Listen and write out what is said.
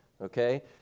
Okay